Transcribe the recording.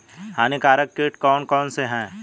हानिकारक कीट कौन कौन से हैं?